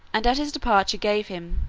and at his departure gave him,